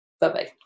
Bye-bye